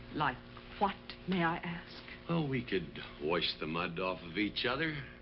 like what, may i ask? well, we could wash the mud off of each other.